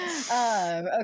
okay